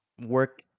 work